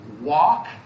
walk